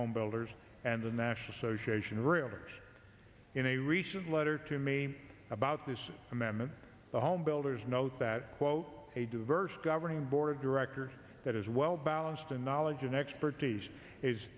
home builders and the national association of realtors in a recent letter to me about this amendment the home builders note that quote a diverse governing board of directors that is well balanced and knowledge and expertise is